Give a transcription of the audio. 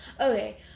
Okay